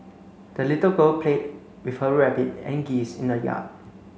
the little girl played with her rabbit and geese in the yard